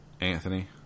anthony